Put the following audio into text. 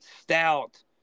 stout